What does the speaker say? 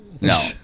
No